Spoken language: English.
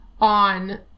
on